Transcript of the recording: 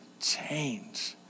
change